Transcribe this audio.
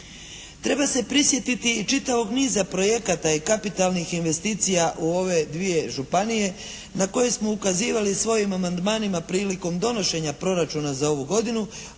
Treba se prisjetiti i čitavog niza projekata i kapitalnih investicija u ove dvije županije na koji smo ukazivali svojim amandmanima prilikom donošenja proračuna za ovu godinu,